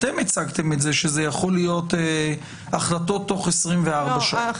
אתם הצגתם את זה שאלה יכולות להיות החלטות תוך 24 שעות.